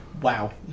Wow